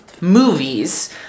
movies